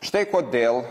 štai kodėl